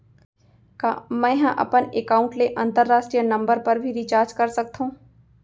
का मै ह अपन एकाउंट ले अंतरराष्ट्रीय नंबर पर भी रिचार्ज कर सकथो